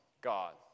God